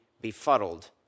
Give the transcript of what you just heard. befuddled